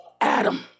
Adam